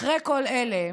אחרי כל אלה,